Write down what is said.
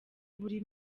buri